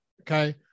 okay